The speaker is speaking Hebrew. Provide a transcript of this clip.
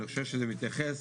אני חושב שזה מתייחס